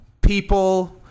People